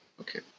Okay